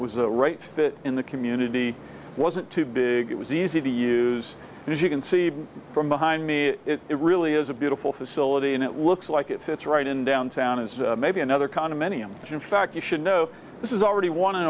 a right fit in the community wasn't too big it was easy to use and as you can see from behind me it really is a beautiful facility and it looks like it fits right in downtown is maybe another condominium in fact you should know this is already won